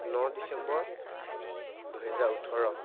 ন December দুহেজাৰ ওঠৰ